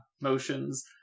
motions